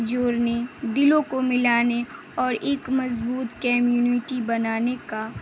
جوڑنے دلوں کو ملانے اور ایک مضبوط کیمیونٹی بنانے کا